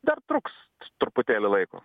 dar truks truputėlį laiko